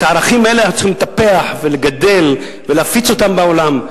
את הערכים האלה אנחנו צריכים לטפח ולגדל ולהפיץ אותם בעולם.